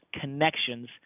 connections